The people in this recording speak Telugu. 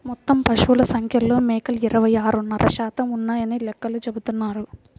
మొత్తం పశువుల సంఖ్యలో మేకలు ఇరవై ఆరున్నర శాతం ఉన్నాయని లెక్కలు చెబుతున్నాయి